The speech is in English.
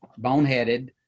boneheaded